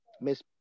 Miss